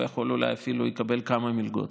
הוא אולי אפילו יקבל כמה מלגות,